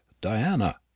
diana